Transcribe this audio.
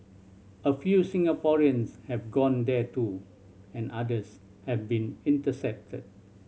a few Singaporeans have gone there too and others have been intercepted